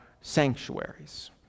sanctuaries